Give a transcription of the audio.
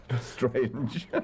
Strange